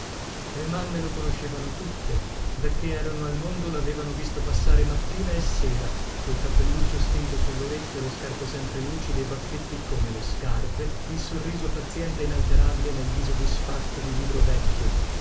le mamme lo conoscevano tutte dacchè erano al mondo lavevano visto passare mattina e sera col cappelluccio stinto sullorecchio le scarpe sempre lucide i baffetti come le scarpe il sorriso paziente e inalterabile nel viso disfatto di libro vecchio